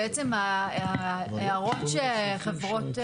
בעצם ההערות שחברות,